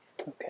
Okay